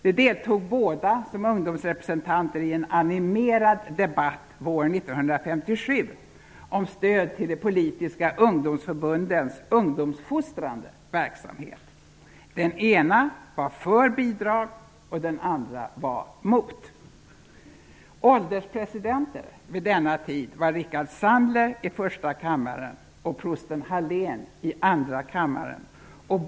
De deltog båda som ungdomsrepresentanter i en animerad debatt våren 1957 om stöd till de politiska ungdomsförbundens ungdomsfostrande verksamhet. Den ene var för bidrag och den andre mot. Sandler i första kammaren och prosten Hallén i andra kammaren.